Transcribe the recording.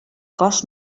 cos